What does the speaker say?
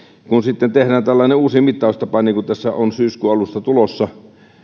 kun sitten tehdään tällainen uusi mittaustapa niin kuin tässä on syyskuun alusta tulossa